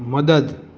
મદદ